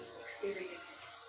experience